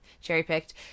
cherry-picked